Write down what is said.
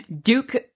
Duke